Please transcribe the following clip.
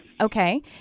Okay